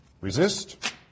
Resist